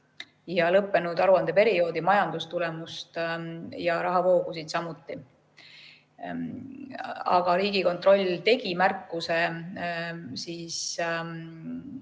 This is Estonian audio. lõppenud aruandeperioodi majandustulemust ja rahavoogusid samuti. Riigikontroll tegi märkuse